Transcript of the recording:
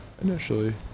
initially